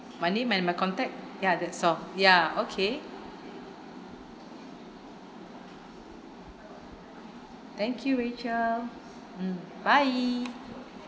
my name and my contact ya that's all ya okay thank you rachel mm bye